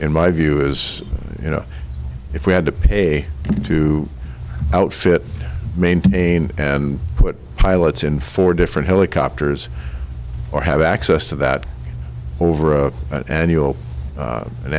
in my view is you know if we had to pay to outfit maintain and put pilots in four different helicopters or have access to that over a an